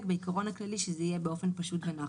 בעיקרון הכללי שזה יהיה באופן פשוט ונוח.